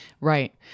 Right